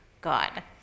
God